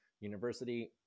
University